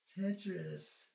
Tetris